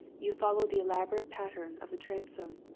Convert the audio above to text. you follow the elaborate pattern of the transom.